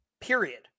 period